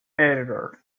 editor